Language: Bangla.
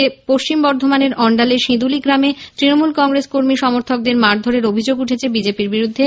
অন্যদিকে পশ্চিম বর্ধমানের অণ্ডালের সিঁদুলি গ্রামে তৃণমূল কংগ্রেসকর্মী সমর্থকদের মারধরের অভিযোগ উঠেছে বিজেপির বিরুদ্ধে